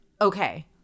okay